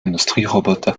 industrieroboter